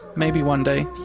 maybe one day